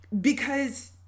because-